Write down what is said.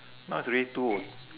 now is already two h~